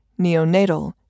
neonatal